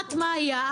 לדעת מה היעד,